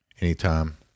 anytime